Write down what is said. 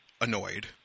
annoyed